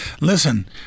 Listen